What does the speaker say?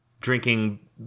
drinking